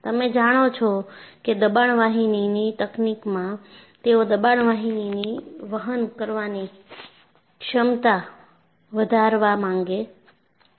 તમે જાણો છો કે દબાણ વાહિનીની તકનીકમાંતેઓ દબાણ વાહિનીની વહન કરવાની ક્ષમતા વધારવા માંગે છે